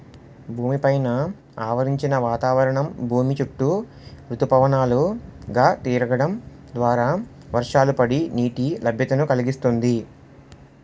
భూమి పైన ఆవరించిన వాతావరణం భూమి చుట్టూ ఋతుపవనాలు గా తిరగడం ద్వారా వర్షాలు పడి, నీటి లభ్యతను కలిగిస్తుంది